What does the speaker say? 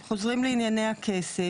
חוזרים לענייני הכסף.